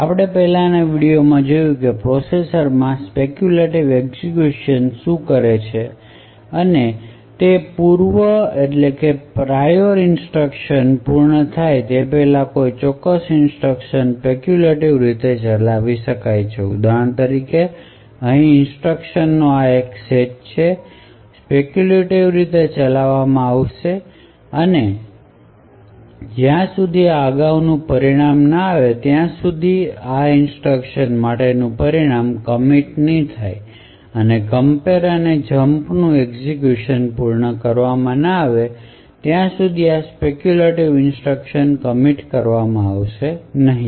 આપણે પહેલાની વિડિઓમાં જોયું છે કે પ્રોસેસર માં સ્પેક્યૂલેટિવ એક્ઝેક્યુશન શું કરે છે તે એ છે કે પૂર્વ ઇન્સટ્રકશન પૂર્ણ થાય તે પહેલાં પણ ચોક્કસ ઇન્સટ્રકશન સ્પેક્યૂલેટિવ રીતે ચલાવી શકાય છે ઉદાહરણ તરીકે અહીં ઇન્સટ્રકશન નો આ સેટ સ્પેક્યૂલેટિવ રીતે ચલાવવામાં આવશે અને જ્યાં સુધી આ અગાઉના પરિણામ ન આવે ત્યાં સુધી અને આ ઇન્સટ્રકશન માટેનું પરિણામ કમિટ નહીં થાય અને કમ્પેર અને જંપ નું એક્ઝેક્યુશન પૂર્ણ કરવામાં ન આવે ત્યાં સુધી આ સ્પેક્યૂલેટિવ ઇન્સટ્રકશન કમિટ કરવામાં આવશે નહીં